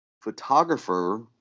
Photographer